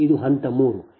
ಇದು ಹಂತ 3